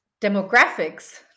demographics